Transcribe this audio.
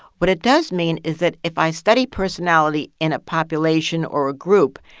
what it does mean is that if i study personality in a population or a group,